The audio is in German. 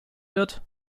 wird